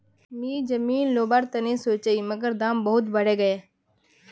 मी जमीन लोवर तने सोचौई मगर दाम बहुत बरेगये